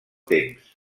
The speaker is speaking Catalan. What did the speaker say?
temps